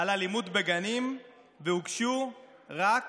על אלימות בגנים והוגשו רק